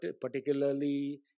particularly